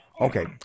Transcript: Okay